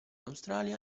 australia